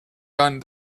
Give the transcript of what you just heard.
done